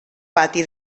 pati